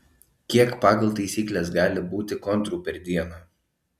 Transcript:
kiek pagal taisykles gali būti kontrų per dieną